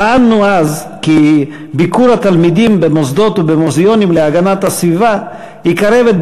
טענו אז כי ביקור התלמידים במוסדות ובמוזיאונים להגנת הסביבה יקרב את